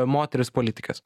moteris politikes